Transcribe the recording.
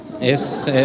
es